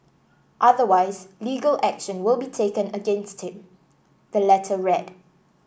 otherwise legal action will be taken against him the letter read